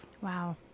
Wow